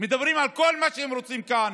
מדברים על כל מה שהם רוצים כאן,